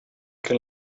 can